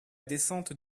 descente